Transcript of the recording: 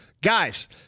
Guys